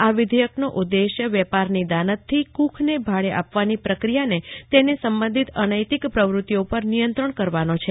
આ વિધેયક નો ઉદેશ્ય વેપારની દાનતથી કુખ ભાડે આપવાની પ્રક્રિયાને તેને સંબંધિત અનૈતિક પ્રવૃતિઓ પર નિયંત્રણ કરવાનો છે